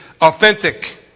authentic